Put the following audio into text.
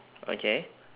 okay